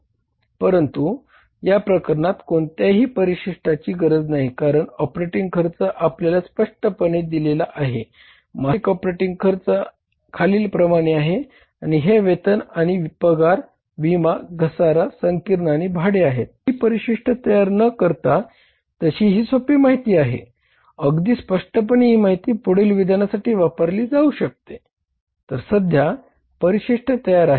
परंतु या प्रकरणात कोणत्याही परिशिष्टाची गरज नाही कारण ऑपरेटिंग खर्च आपल्याला स्पष्टपणे दिलेला आहे मासिक ऑपरेटिंग खर्च खालीलप्रमाणे आहे आणि हे वेतन आणि पगार विमा घसारा संकीर्ण आणि भाडे आहेत